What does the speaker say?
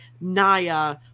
Naya